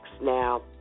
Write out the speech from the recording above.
Now